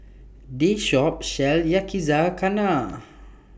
This Shop sells Yakizakana